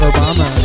Obama